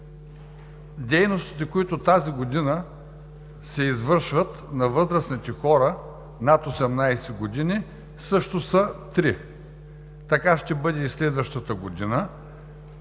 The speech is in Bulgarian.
Дейностите, които тази година се извършват на възрастните хора над 18 години, също са три. Така ще бъде и следващата година.